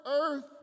earth